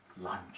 lunch